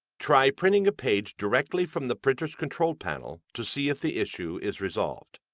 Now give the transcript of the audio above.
try printing a page directly from the printer's control panel to see if the issue is resolved.